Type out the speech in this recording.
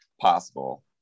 possible